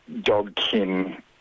dog-kin